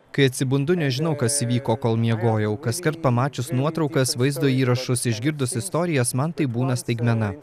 kai atsibundu nežinau kas įvyko kol miegojau kaskart pamačius nuotraukas vaizdo įrašus išgirdus istorijas man tai būna staigmena